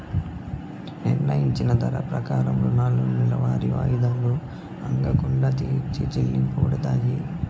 నిర్ణయించిన ధర ప్రకారం రుణాలు నెలవారీ వాయిదాలు ఆగకుండా తిరిగి చెల్లించబడతాయి